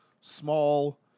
small